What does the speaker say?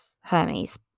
Hermes